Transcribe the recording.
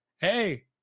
Hey